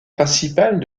principale